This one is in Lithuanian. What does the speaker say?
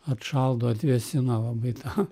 atšaldo atvėsina labai tą